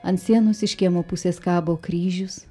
ant sienos iš kiemo pusės kabo kryžius